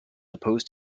opposed